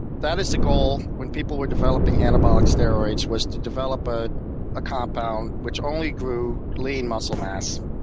that is the goal, when people were developing anabolic steroids, was to develop a ah compound which only grew lean muscle mass,